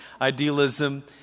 idealism